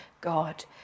God